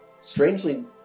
Strangely